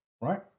right